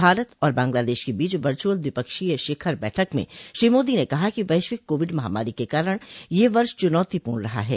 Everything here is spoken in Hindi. भारत और बांग्लादेश के बीच वर्च्रअल द्विपक्षीय शिखर बैठक में श्री मोदी ने कहा कि वैश्विक कोविड महामारी के कारण यह वर्ष चुनौतीपूर्ण रहा है